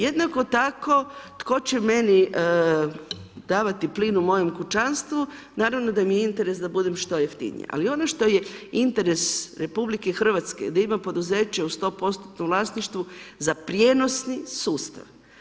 Jednako tako tko će meni davati plin u mojem kućanstvu, naravno da mi je interes da budem što jeftinija, ali ono što je interes RH da ima poduzeće u 100% vlasništvu za prijenosni sustav.